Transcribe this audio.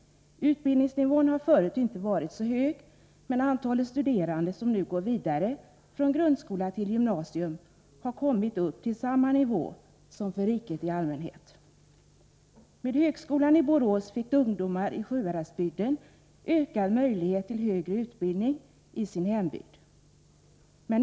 Utbildningsnivån har förut inte varit så hög, men antalet studerande som går vidare från grundskola till gymnasium har nu kommit upp till samma nivå som den som gäller för riket i dess helhet. Med högskolan i Borås fick ungdomar i Sjuhäradsbygden ökad möjlighet till högre utbildning i sin hembygd.